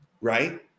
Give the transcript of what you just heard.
right